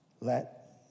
let